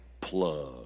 plug